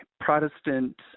Protestant